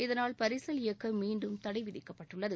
இதனால் பரிசல் இயக்கமீண்டும் தடைவிதிக்கப்பட்டுள்ளது